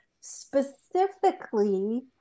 specifically